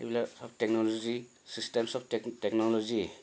এইবিলাক চব technology systems of টেকন'লজিয়ে